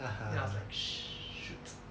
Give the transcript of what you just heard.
then I was like shoot